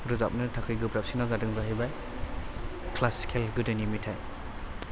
रोजाबनो थाखाय गोब्राबसिना जादों जाहैबाय ख्लासिकेल गोदोनि मेथाइ